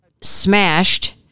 smashed